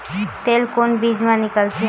तेल कोन बीज मा निकलथे?